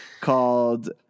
called